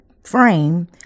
frame